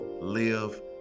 Live